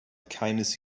keines